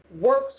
works